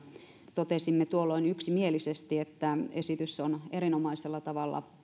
totesimme tuolloin yksimielisesti että esitys on erinomaisella tavalla